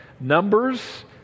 numbers